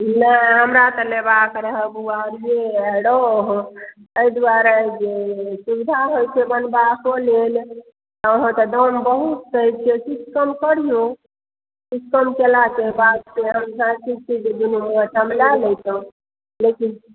नहि हमरा तऽ लेबाके रहै बुआरी रहु एहि दुआरे जे सुविधा होइ छै बनबाको लेल अहाँ तऽ दाम बहुत कहै छियै किछु कम करियो किछु कम केला सऽ लऽ लेतौं लेकिन